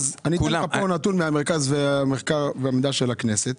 אני אתן לך נתון ממרכז המחקר והמידע של הכנסת.